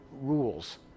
rules